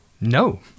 No